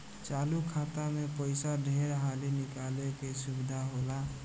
चालु खाता मे पइसा ढेर हाली निकाले के सुविधा होला